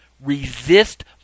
resist